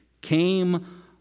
came